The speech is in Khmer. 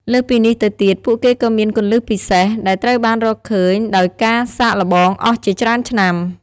លើសពីនេះទៅទៀត ពួកគេក៏មាន គន្លឹះពិសេស ដែលត្រូវបានរកឃើញដោយការសាកល្បងអស់ជាច្រើនឆ្នាំ។